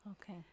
Okay